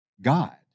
God